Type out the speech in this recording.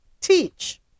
teach